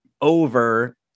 over